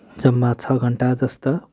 जम्मा छ घन्टाजस्तो